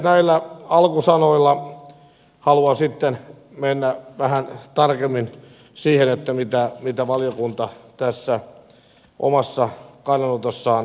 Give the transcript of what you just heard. näillä alkusanoilla haluan sitten mennä vähän tarkemmin siihen mitä valiokunta tässä omassa kannanotossaan toteaa